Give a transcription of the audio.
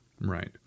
Right